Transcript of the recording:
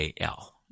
AL